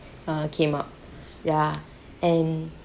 uh came up ya and